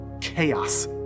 chaos